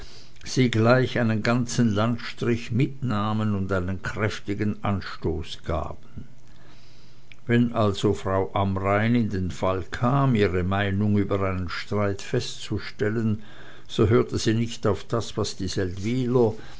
sie gleich einen ganzen landstrich mitnahmen und einen kräftigen anstoß gaben wenn also frau amrein in den fall kam ihre meinung über einen streit festzustellen so hörte sie nicht auf das was die